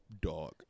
dog